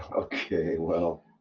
okay well.